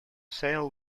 sale